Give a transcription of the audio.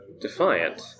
Defiant